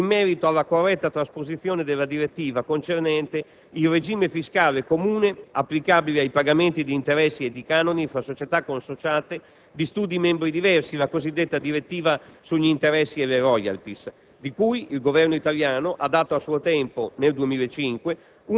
in merito alla corretta trasposizione della direttiva concernente il regime fiscale comune applicabile ai pagamenti di interessi e di canoni tra società consociate di Stati membri diversi, la cosiddetta direttiva sugli interessi e le *royalties*, che il Governo italiano aveva a suo tempo, nel 2005,